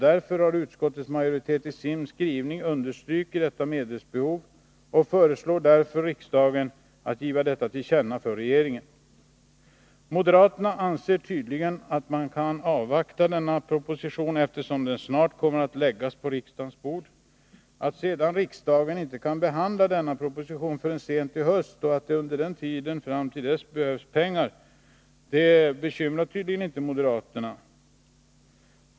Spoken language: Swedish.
Därför har utskottets majoritet i sin skrivning understrukit medelsbehovet och föreslår riksdagen att ge regeringen detta till känna. Moderaterna anser tydligen att man kan avvakta denna proposition, eftersom den snart kommer att läggas på riksdagens bord. Att sedan riksdagen inte kan behandla denna proposition förrän sent i höst och att det under tiden fram till dess behövs pengar, bekymrar av allt att döma inte moderaterna.